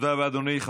תודה רבה, אדוני.